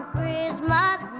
Christmas